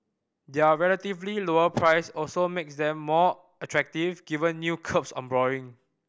their relatively lower price also makes them more attractive given new curbs on borrowing